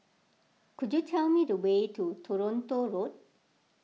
could you tell me the way to Toronto Road